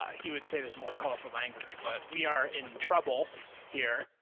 ah he would say this more colorful language, but we are in trouble here,